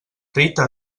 rita